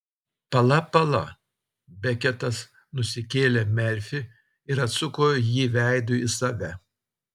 pala pala beketas nusikėlė merfį ir atsuko jį veidu į save